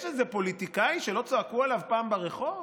יש איזה פוליטיקאי שלא צעקו עליו פעם ברחוב?